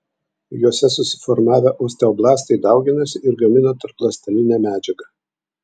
juose susiformavę osteoblastai dauginasi ir gamina tarpląstelinę medžiagą